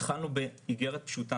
התחלנו באיגרת פשוטה,